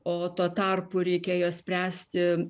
o tuo tarpu reikėjo spręsti